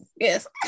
yes